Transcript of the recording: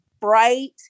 bright